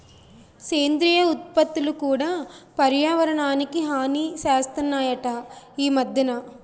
సేంద్రియ ఉత్పత్తులు కూడా పర్యావరణానికి హాని సేస్తనాయట ఈ మద్దెన